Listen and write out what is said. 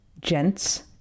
gents